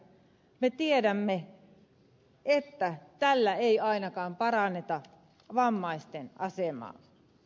me tiedämme että tällä ei ainakaan paranneta vammaisten asemaa